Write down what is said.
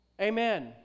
Amen